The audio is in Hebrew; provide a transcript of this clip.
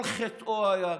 כל חטאו היה,